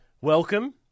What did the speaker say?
Welcome